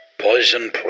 poison